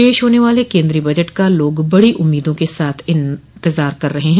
पेश होने वाले केंद्रीय बजट का लोग बड़ी उम्मीदों के साथ इंतजार कर रहे हैं